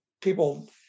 people